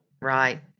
Right